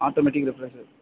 automatic refresher